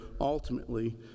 ultimately